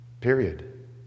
period